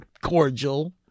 cordial